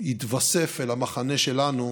יתווסף אל המחנה שלנו,